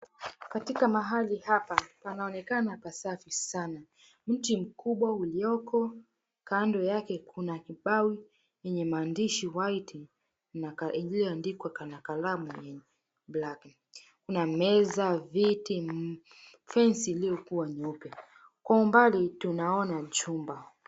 Katika mahali hapa panaonekana pasafi sana, mti mkubwa ulioko kando yake kuna kibao yenye maandishi ya white iliyoandikwa na kalamu ya black . Kuna meza, viti, fence iliyokuwa nyeupe. Kwa umbali tunaona jumba.